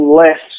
less